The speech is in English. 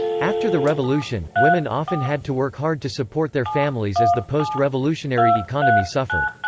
after the revolution, women often had to work hard to support their families as the post-revolutionary economy suffered.